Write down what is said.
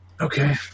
Okay